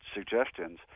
suggestions